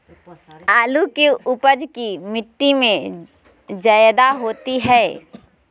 आलु की उपज की मिट्टी में जायदा होती है?